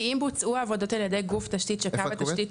כי אם בוצעו העבודות על ידי גוף תשתית של קו התשתית.